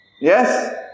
yes